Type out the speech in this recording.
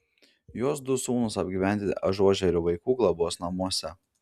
jos du sūnūs apgyvendinti ažuožerių vaikų globos namuose